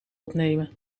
opnemen